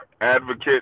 advocate